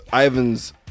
ivan's